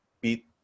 beat